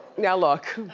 now, look.